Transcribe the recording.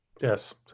Yes